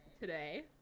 today